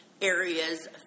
areas